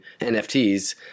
NFTs